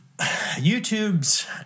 YouTube's